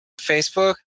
Facebook